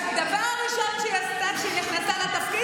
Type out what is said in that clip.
והדבר הראשון שהיא עשתה כשהיא נכנסה לתפקיד